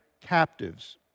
captives